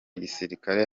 gisirikare